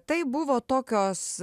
tai buvo tokios